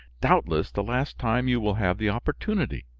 doubtless, the last time you will have the opportunity.